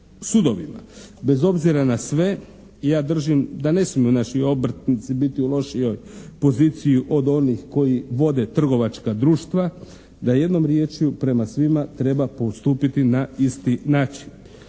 sudovima. Bez obzira na sve ja držim da ne smiju naši obrtnici biti u lošijoj poziciji od onih koji vode trgovačka društva, da jednom riječju prema svima treba postupiti na isti način.